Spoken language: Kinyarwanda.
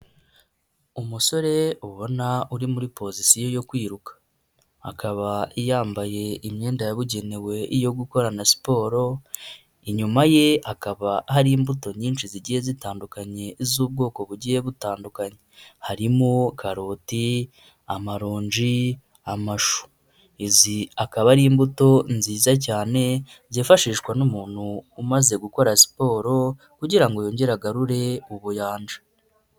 Umusore ubona uri muri pozisiyo yo kwiruka, akaba yambaye imyenda yabugenewe yo gukorana siporo, inyuma ye hakaba hari imbuto nyinshi zigiye zitandukanye z'ubwoko bugiye butandukanye, harimo karoti, amaronji, amashu, izi akaba ari imbuto nziza cyane byifashishwa n'umuntu umaze gukora siporo kugira ngo yongere agarure ubuyanja.